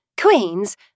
Queens